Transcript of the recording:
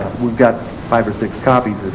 we've got five or six copies.